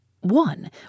One